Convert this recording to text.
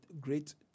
great